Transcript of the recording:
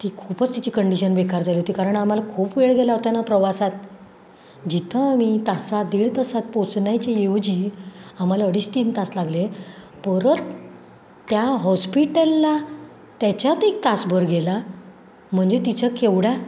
ती खूपच तिची कंडिशन बेकार झाली होती कारण आम्हाला खूप वेळ गेला होता ना प्रवासात जिथं आम्ही तासात दीड तासात पोहचण्याची ऐवजी आम्हाला अडीच तीन तास लागले परत त्या हॉस्पिटलला त्याच्यात एक तासभर गेला म्हणजे तिच्या केवढ्या